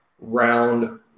round